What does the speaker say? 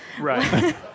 Right